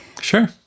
Sure